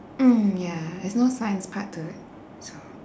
mm ya there's no science part to it so